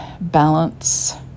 balance